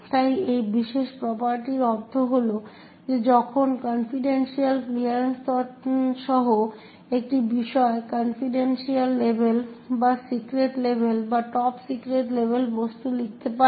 তাই এই বিশেষ প্রপার্টিটির অর্থ হল যে যখন কনফিডেনশিয়াল ক্লিয়ারেন্স স্তর সহ একটি বিষয় কনফিডেনশিয়াল লেভেল বা সিক্রেট লেভেল বা টপ সেক্রেট লেভেল বস্তু লিখতে পারে